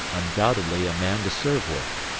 undoubtedly a man to serve with.